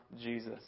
Jesus